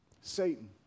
Satan